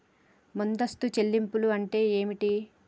ముందస్తు చెల్లింపులు అంటే ఏమిటి?